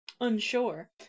Unsure